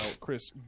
Chris